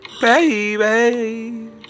baby